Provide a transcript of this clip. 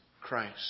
Christ